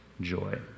joy